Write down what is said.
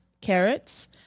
Carrots